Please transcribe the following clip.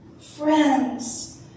friends